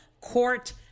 Court